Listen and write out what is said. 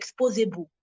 exposable